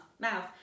mouth